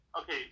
okay